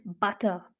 butter